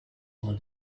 more